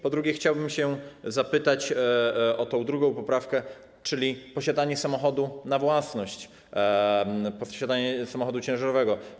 Po drugie, chciałbym zapytać o drugą poprawkę, czyli posiadanie samochodu na własność, posiadanie samochodu ciężarowego.